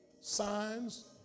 signs